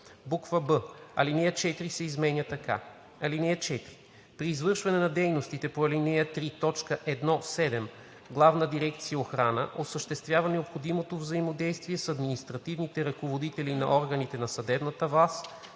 б) алинея 4 се изменя така: „(4) При извършване на дейностите по ал. 3, т. 1 – 7 Главна дирекция „Охрана“ осъществява необходимото взаимодействие с административните ръководители на органите на съдебната власт,